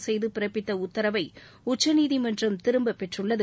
ST செய்துபிறப்பித்தஉத்தரவைஉச்சநீதிமன்றம் திரும்பப்பெற்றுள்ளது